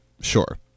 sure